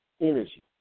energy